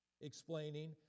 explaining